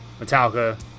Metallica